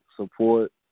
support